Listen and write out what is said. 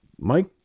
Mike